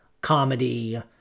comedy